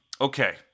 okay